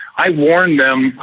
i warned them,